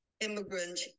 immigrant